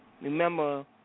Remember